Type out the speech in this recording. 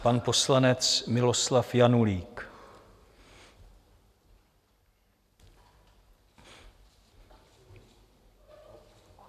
Pan poslanec Miloslav Janulík.